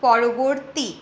পরবর্তী